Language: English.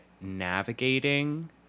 navigating